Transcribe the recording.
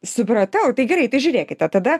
supratau tai gerai tai žiūrėkite tada